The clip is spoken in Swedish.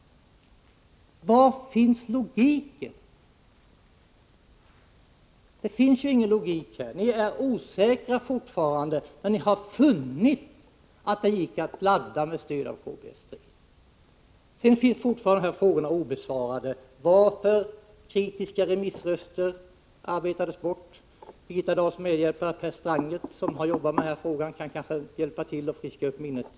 Var finns logiken? Det finns ingen logik! Ni är fortfarande osäkra, men ni har funnit att det gick att ladda med stöd av KBS 3. De här frågorna är fortfarande obesvarade: Varför arbetades kritiska remissröster bort? Birgitta Dahls medhjälpare Per Strangert, som har arbetat med denna fråga, kan kanske hjälpa till att friska upp minnet.